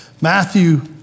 Matthew